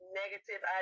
negative